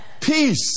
Peace